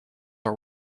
are